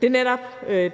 Det er netop